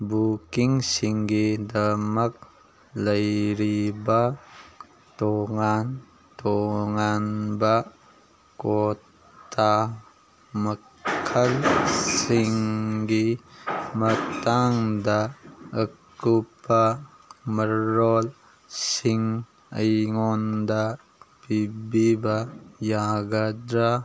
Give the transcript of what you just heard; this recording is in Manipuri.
ꯕꯨꯛꯀꯤꯡꯁꯤꯡꯒꯤꯗꯃꯛ ꯂꯩꯔꯤꯕ ꯇꯣꯉꯥꯟ ꯇꯣꯉꯥꯟꯕ ꯀꯣꯇꯥ ꯃꯈꯜꯁꯤꯡꯒꯤ ꯃꯇꯥꯡꯗ ꯑꯀꯨꯞꯄ ꯃꯔꯣꯜꯁꯤꯡ ꯑꯩꯉꯣꯟꯗ ꯄꯤꯕꯤꯕ ꯌꯥꯒꯗ꯭ꯔ